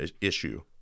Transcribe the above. issue